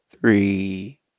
three